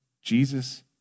Jesus